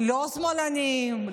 לא שמאלנים,